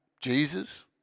Jesus